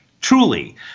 Truly